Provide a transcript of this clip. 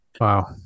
Wow